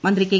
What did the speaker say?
മന്ത്രി കെ